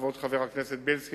כבוד חבר הכנסת בילסקי,